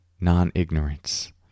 non-ignorance